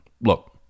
look